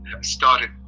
started